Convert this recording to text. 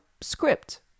script